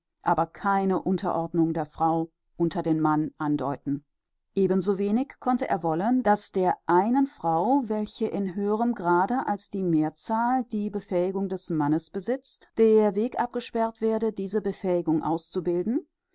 aber keine unterordnung der frau unter den mann andeuten eben so wenig konnte er wollen daß der einen frau welche in höherem grade als die mehrzahl die befähigung des mannes besitzt der weg abgesperrt werde diese befähigung auszubilden